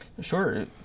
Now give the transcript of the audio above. Sure